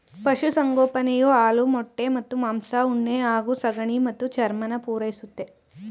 ಪಶುಸಂಗೋಪನೆಯು ಹಾಲು ಮೊಟ್ಟೆ ಮತ್ತು ಮಾಂಸ ಉಣ್ಣೆ ಹಾಗೂ ಸಗಣಿ ಮತ್ತು ಚರ್ಮನ ಪೂರೈಸುತ್ತೆ